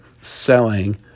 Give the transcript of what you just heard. selling